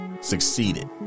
succeeded